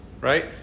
Right